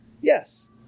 Yes